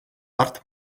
part